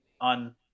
on